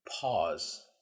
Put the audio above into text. pause